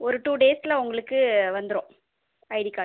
ஒரு டூ டேஸில் உங்களுக்கு வந்துடும் ஐடி கார்ட்